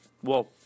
whoa